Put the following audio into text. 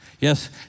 Yes